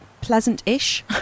pleasant-ish